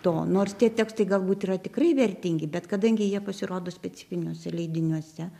to nors tie tekstai galbūt yra tikrai vertingi bet kadangi jie pasirodo specifiniuose leidiniuose